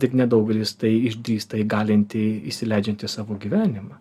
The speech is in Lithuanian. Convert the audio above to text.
tik nedaugelis tai išdrįsta įgalinti įsileidžiant į savo gyvenimą